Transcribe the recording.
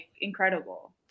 incredible